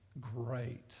great